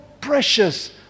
precious